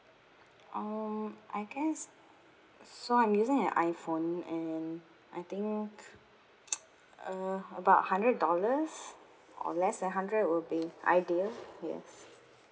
um I guess so I'm using an iphone and I think uh about hundred dollars or less than hundred will be ideal yes